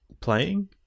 playing